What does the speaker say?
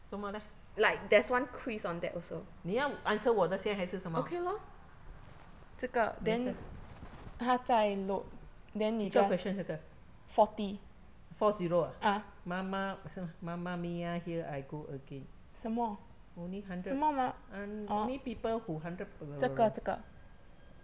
怎么 leh 你要 answer 我的先还是什么哪一个几个 question 这个 four zero ah mama 是吗 mama mia here I go again only hundred only people who hundred